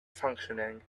functioning